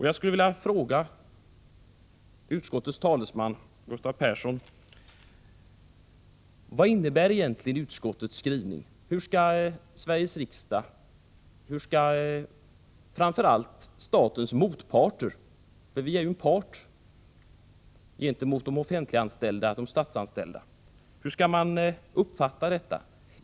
Jag skulle vilja fråga utskottets talesman, Gustav Persson: Vad innebär egentligen utskottets skrivning? Hur skall Sveriges riksdag, och hur skall framför allt statens motparter — vi är ju en part i förhållande till de statsanställda — uppfatta detta?